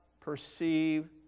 perceive